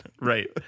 right